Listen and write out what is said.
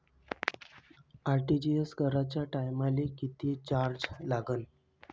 RTGS कराच्या टायमाले किती चार्ज लागन?